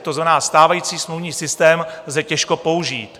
To znamená, stávající smluvní systém lze těžko použít.